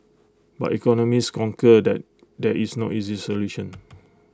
but economists concur that there is no easy solution